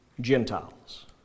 Gentiles